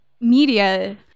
media